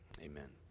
amen